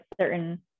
certain